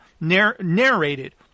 narrated